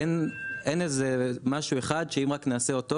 אין איזה משהו אחד שאם רק נעשה אותו